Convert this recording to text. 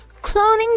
cloning